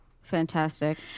Fantastic